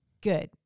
good